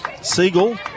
Siegel